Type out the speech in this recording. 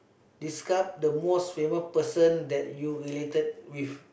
describe the most famous person that you related with